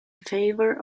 favor